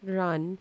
run